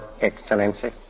Excellency